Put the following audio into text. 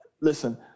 listen